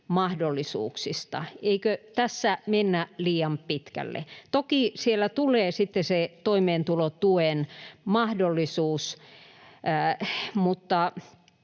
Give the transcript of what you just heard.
mahdollisuuksista? Eikö tässä mennä liian pitkälle? Toki siellä tulee sitten se toimeentulotuen mahdollisuus, mutta